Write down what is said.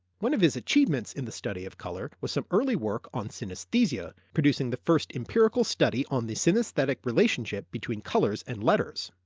one of his achievement in the study of colour was some early work on synesthesia, producing the first empirical survey on the synesthetic relationship between colours and letters.